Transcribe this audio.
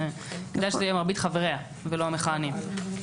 בגלל שזה יהיה מרבית חבריה ולא המכהנים.